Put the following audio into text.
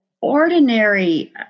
ordinary